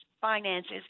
finances